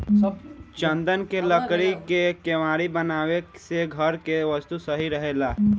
चन्दन के लकड़ी के केवाड़ी बनावे से घर के वस्तु सही रहेला